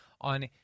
on